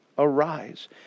arise